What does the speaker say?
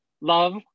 love